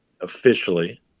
officially